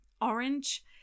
orange